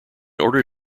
order